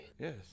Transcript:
Yes